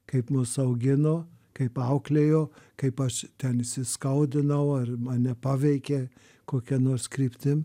kaip mus augino kaip auklėjo kaip aš ten įsiskaudinau ar mane paveikė kokia nors kryptim